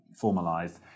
formalized